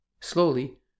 Slowly